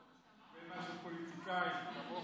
אבל אתה רואה שיש הבדל גדול בין מה שפוליטיקאים כמוך